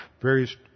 various